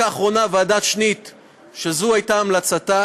הסיפור של מלחמת העולם השנייה הוא גם סיפור של גבורה,